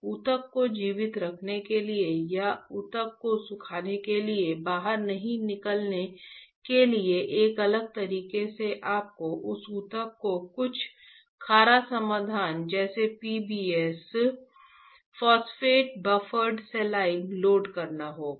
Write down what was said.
ऊतक को जीवित रखने के लिए या ऊतक को सुखाने के लिए बाहर नहीं निकालने के लिए एक अलग तरीके से आपको उस ऊतक को कुछ खारा समाधान जैसे PBS phosphate buffer saline load करना होगा